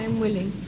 and willing.